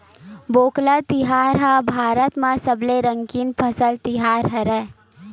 पोंगल तिहार ह भारत म सबले रंगीन फसल तिहार हरय